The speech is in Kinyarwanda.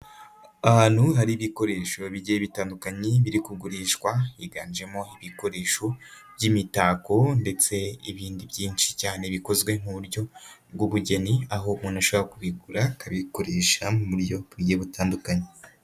Ahantu hari ibikoresho babigiye bitandukanye biri kugurishwa, higanjemo ibikoresho by'imitako ndetse n'ibindi byinshi cyane bikozwe mu buryo bw'ubugeni, aho umuntu ashaka kubigura, akabikoresha mu buryo buryo butandukanye.